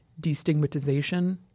destigmatization